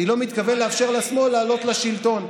אני לא מתכוון לאפשר לשמאל לעלות לשלטון.